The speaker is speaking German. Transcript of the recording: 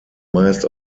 meist